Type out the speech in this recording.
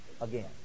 again